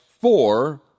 four